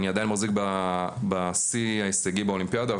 אני עדיין מחזיק בשיא ההישגי באולימפיאדה,